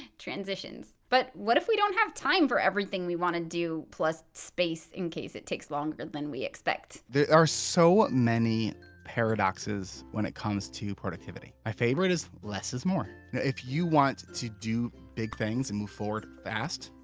transitions. but, what if we don't have time for everything we want to do. plus space in case it takes longer than we expect. there are so many paradoxes. when it comes to productivity. my favorite is. less is more. if you want to do big things and move forward fast.